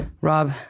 Rob